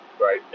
right